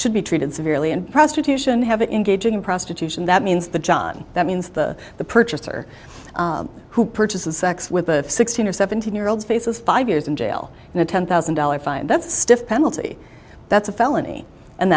should be treated severely and prostitution have it in gauging in prostitution that means that john that means the the purchaser who purchases sex with a sixteen or seventeen year old faces five years in jail and a ten thousand dollars fine that's stiff penalty that's a felony and